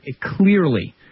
clearly